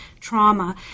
trauma